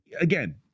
again